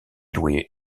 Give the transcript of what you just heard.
doués